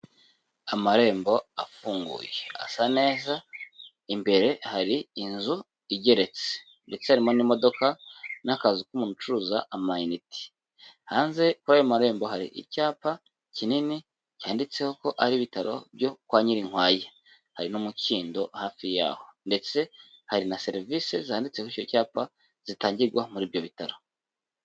Amarembo afunguye asa neza, imbere hari inzu igeretse ndetse harimo n'imodoka n'akazu k'umuntu ucuruza amayinite, hanze kuri ayo marembo hari icyapa kinini cyanditseho ko ari ibitaro byo kwa Nyirinkwaya. Hari n'umukindo hafi yaho ndetse hari na serivise zanditse kuri icyo cyapa, zitangirwa muri ibyo bitaro.